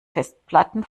festplatten